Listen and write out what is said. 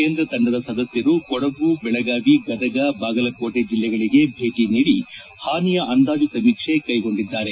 ಕೇಂದ್ರ ತಂಡದ ಸದಸ್ನರು ಕೊಡಗು ಬೆಳಗಾವಿ ಗದಗ ಬಾಗಲಕೋಟೆ ಜಿಲ್ಲೆಗಳಿಗೆ ಭೇಟಿ ನೀಡಿ ಹಾನಿಯ ಅಂದಾಜು ಸಮೀಕ್ಷೆ ಕೈಗೊಂಡಿದ್ದಾರೆ